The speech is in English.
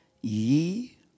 Ye